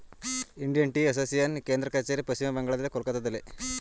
Indian Tea Association ಕೇಂದ್ರ ಕಚೇರಿ ಪಶ್ಚಿಮ ಬಂಗಾಳದ ಕೊಲ್ಕತ್ತಾದಲ್ಲಿ